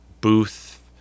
booth